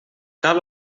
cal